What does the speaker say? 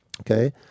okay